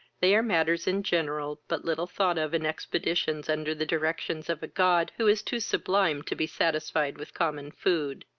they are matters in general but little thought of in expeditions under the directions of a god who is too sublime to be satisfied with common food.